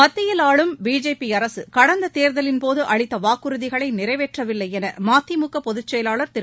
மத்தியில் ஆளும் பிஜேபி அரசு கடந்த தேர்தலின்போது அளித்த வாக்குறுதிகளை நிறைவேற்றவில்லை என மதிமுக பொதுச் செயலாளர் திரு